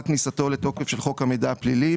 כניסתו לתוקף של חוק המידע הפלילי.